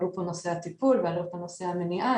עלה פה נושא הטיפול ונושא המניעה.